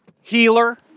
Healer